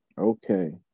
Okay